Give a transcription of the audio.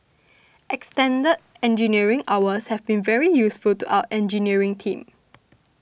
extended engineering hours have been very useful to our engineering team